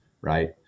right